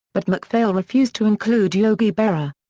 but macphail refused to include yogi berra.